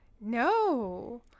No